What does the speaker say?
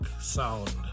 sound